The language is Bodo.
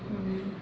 माने